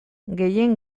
gehien